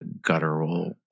guttural